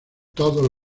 todos